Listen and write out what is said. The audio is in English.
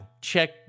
check